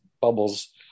bubbles